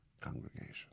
congregation